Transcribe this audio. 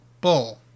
bull